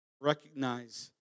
Recognize